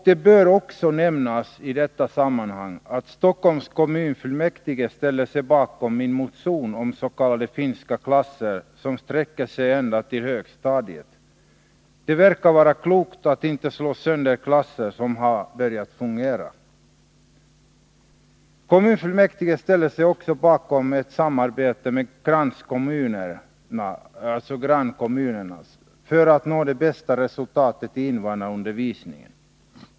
Det bör också nämnas i detta sammanhang att Stockholms kommunfullmäktige ställde sig bakom min motion om s.k. finska klasser, som sträcker sig ända till högstadiet. Det verkar vara klokt att inte slå sönder klasser som har börjat fungera. Kommunfullmäktige ställde sig också bakom förslaget om ett samarbete med grannkommunerna för att nå det bästa resultatet i invandrarundervisningen.